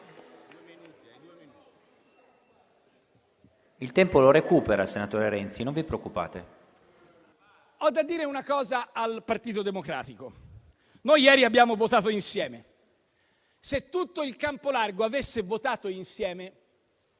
Il tempo lo recupera il senatore Renzi, non vi preoccupate. RENZI *(IV-C-RE)*. Ho da dire una cosa al Partito Democratico: noi ieri abbiamo votato insieme. Se tutto il campo largo avesse votato insieme,